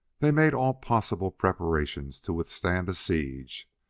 they made all possible preparations to withstand a siege.